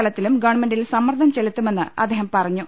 തലത്തിലും ഗവൺമെന്റിൽ സമ്മർദ്ദം ചെലുത്തുമെന്ന് അദ്ദേഹം പറഞ്ഞു